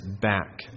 back